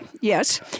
yes